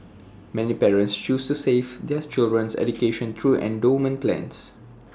many parents choose to save their children's education through endowment plans